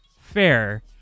fair